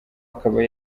akaba